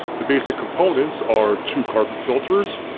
the basic components are two carbon filters,